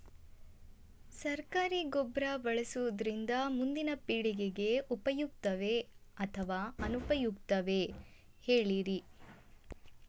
ಸರಕಾರಿ ಗೊಬ್ಬರ ಬಳಸುವುದರಿಂದ ಮುಂದಿನ ಪೇಳಿಗೆಗೆ ಉಪಯುಕ್ತವೇ ಅಥವಾ ಅನುಪಯುಕ್ತವೇ ಹೇಳಿರಿ